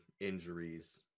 injuries